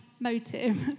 motive